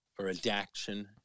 redaction